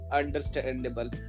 understandable